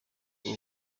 ubu